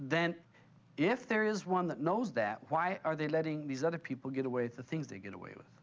then if there is one that knows that why are they letting these other people get away with the things they get away with